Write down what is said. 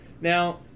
Now